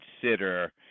consider